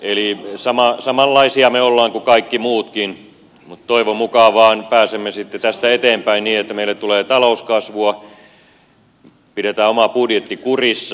eli samanlaisia me olemme kuin kaikki muutkin mutta toivon mukaan vain pääsemme tästä eteenpäin niin että meille tulee talouskasvua pidetään oma budjetti kurissa